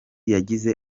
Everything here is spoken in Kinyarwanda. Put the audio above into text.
yagize